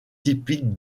typiques